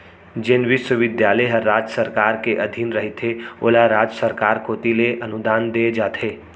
जेन बिस्वबिद्यालय ह राज सरकार के अधीन रहिथे ओला राज सरकार कोती ले अनुदान देय जाथे